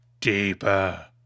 deeper